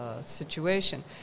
situation